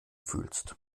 fühlst